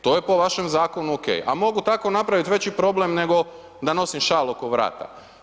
To je po vašem zakonu ok a mogu tako napraviti veći problem nego da nosim šal oko vrata.